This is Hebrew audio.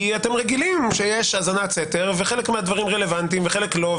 כי אתם רגילים שיש האזנת סתר וחלק מהדברים רלוונטיים וחלק לא,